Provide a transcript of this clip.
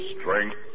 strength